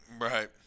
Right